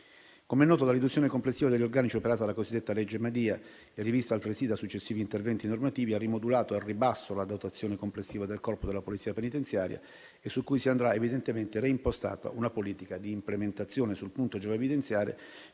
Com'è noto, la riduzione complessiva degli organici operata dalla cosiddetta legge Madia, rivista altresì da successivi interventi normativi, ha rimodulato al ribasso la dotazione complessiva del Corpo della polizia penitenziaria, su cui andrà evidentemente reimpostata una politica di implementazione. Sul punto giova evidenziare